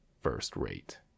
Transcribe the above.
first-rate